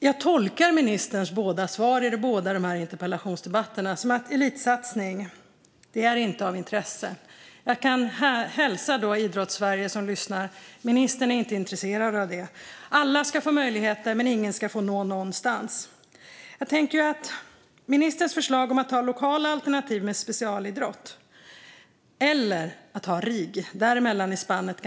Jag tolkar ministerns svar i båda de här interpellationsdebatterna som att elitsatsning inte är intressant. Jag kan hälsa Idrottssverige som lyssnar: Ministern är inte intresserad av det här. Alla ska få möjligheter, men ingen ska få nå någonstans. Spannet mellan ministerns förslag om att ha lokala alternativ med specialidrott och att ha RIG är ganska stort.